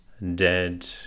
dead